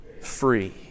free